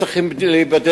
הם צריכים להיבדק,